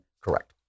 correct